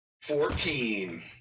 Fourteen